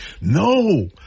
no